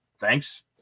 Thanks